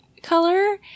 color